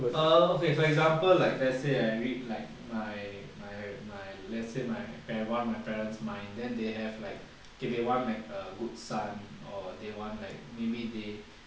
okay for example like let's say I read like my my my let's say my one of my parents my then they have like okay they want like a good son or they want like maybe they